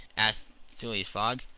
asked phileas fogg,